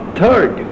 third